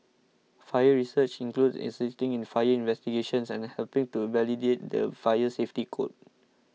fire research includes assisting in fire investigations and helping to validate the fire safety code